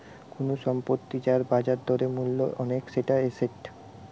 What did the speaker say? কুনু সম্পত্তি যার বাজার দরে মূল্য অনেক সেটা এসেট